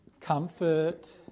comfort